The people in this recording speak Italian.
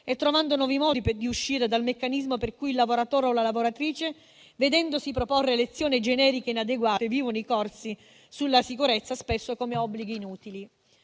e trovando nuovi modi per uscire dal meccanismo per cui il lavoratore o la lavoratrice, vedendosi proporre lezioni generiche e inadeguate, viva i corsi sulla sicurezza spesso come obblighi inutili.